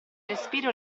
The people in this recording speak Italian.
respiro